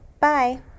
Bye